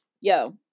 Yo